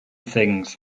things